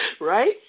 right